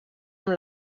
amb